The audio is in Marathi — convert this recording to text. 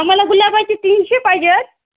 आम्हाला गुलाबाची तीनशे पाहिजे आहेत